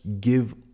give